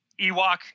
Ewok